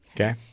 Okay